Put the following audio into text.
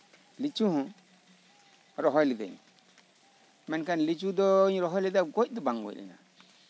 ᱞᱤᱪᱩ ᱦᱚᱸ ᱨᱚᱦᱚᱭ ᱞᱤᱫᱟᱹᱧ ᱢᱮᱱᱠᱷᱟᱱ ᱞᱤᱪᱩ ᱫᱚ ᱨᱚᱦᱚᱭ ᱞᱤᱫᱟᱹᱧ ᱜᱚᱡ ᱫᱚ ᱵᱟᱝ ᱜᱚᱡ ᱞᱮᱱᱟ